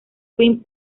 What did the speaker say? twin